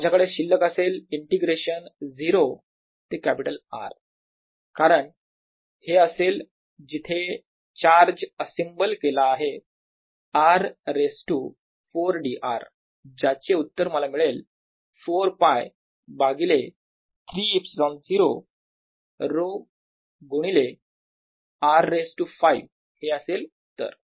माझ्याकडे शिल्लक असेल इंटिग्रेशन 0 ते कॅपिटल R कारण हे असेल जिथे चार्ज असेंबल केलेला आहे r raise to 4 d r ज्याचे उत्तर मला मिळेल 4 π भागिले 3 ε0 ρ स्क्वेअर गुणिले R रेज टू 5 हे असेल उत्तर